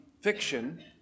fiction